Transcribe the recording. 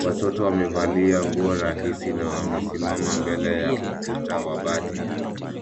Watoto wamevalia nguo rahisi na wamesimama mbele ya ukuta wa bati.